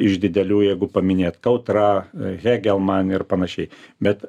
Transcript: iš didelių jeigu paminėt kautra hegelman ir panašiai bet